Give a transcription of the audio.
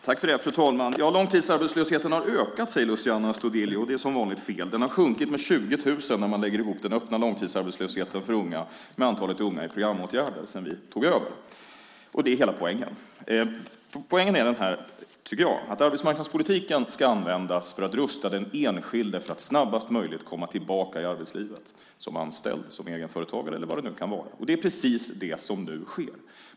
Fru talman! Mängden långtidsarbetslösa har ökat, säger Luciano Astudillo. Det är som vanligt fel. Mängden har sjunkit med 20 000 om man lägger ihop antalet öppet långtidsarbetslösa med antalet unga i programåtgärder sedan vi tog över. Det är hela poängen. Poängen är att arbetsmarknadspolitiken ska användas för att rusta den enskilde för att snabbast möjligt komma tillbaka i arbetslivet - som anställd, egenföretagare eller vad det kan vara. Det är precis det som nu sker.